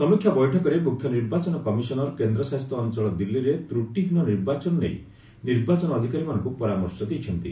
ସମୀକ୍ଷା ବୈଠକରେ ମୁଖ୍ୟ ନିର୍ବାଚନ କମିଶନର୍ କେନ୍ଦ୍ରଶାସିତ ଅଞ୍ଚଳ ଦିଲ୍ଲୀରେ ତ୍ରଟିହୀନ ନିର୍ବାଚନ ନେଇ ନିର୍ବାଚନ ଅଧିକାରୀଙ୍କୁ ପରାମର୍ଶ ଦେଇଛନ୍ତି